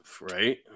right